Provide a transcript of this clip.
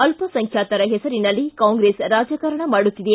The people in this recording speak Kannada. ಅಲ್ಪಸಂಖ್ಯಾತರ ಹೆಸರಿನಲ್ಲಿ ಕಾಂಗ್ರೆಸ್ ರಾಜಕಾರಣ ಮಾಡುತ್ತಿದೆ